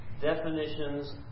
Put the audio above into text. definitions